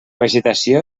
vegetació